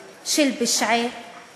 של ברבריות, של פשעי מלחמה.